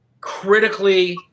critically